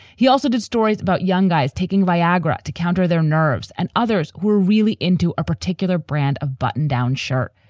he also did stories about young guys taking viagra to counter their nerves, and others were really into a particular brand of button down shirt.